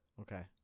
okay